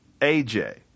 AJ